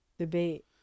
Debate